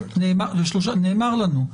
נאמר לנו,